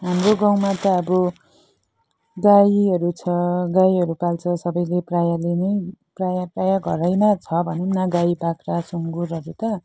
हाम्रो गाउँमा त अब गाईहरू छ गाईहरू पाल्छ सबैले प्रायःले नै प्रायः प्रायः घरैमा छ भनौँ न गाई बाख्रा सुँगुरहरू त